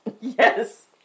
Yes